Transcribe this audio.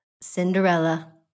Cinderella